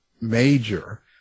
major